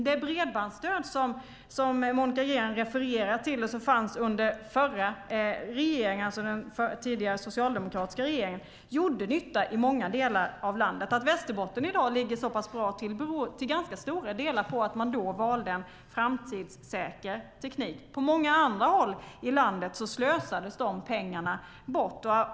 Det bredbandsstöd som Monica Green refererar till och som fanns under den tidigare socialdemokratiska regeringen gjorde nytta i många delar i landet. Att Västerbotten i dag ligger så pass bra till beror till ganska stora delar på att man då valde en framtidssäker teknik. På många andra håll i landet slösades de pengarna bort.